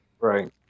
Right